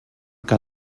que